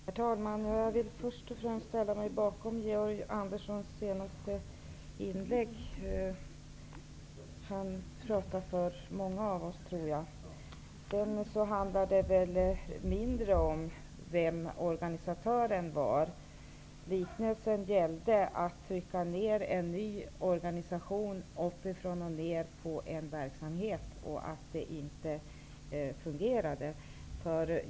Herr talman! Jag vill först och främst ställa mig bakom Georg Anderssons senaste inlägg. Han talade för många av oss, tror jag. Det handlade väl mindre om vem organisatören var. Liknelsen gällde att pressa en ny organisation på en verksamhet och att det inte fungerade.